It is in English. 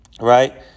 right